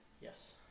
Yes